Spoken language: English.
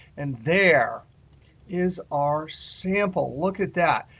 and there is our sample. look at that.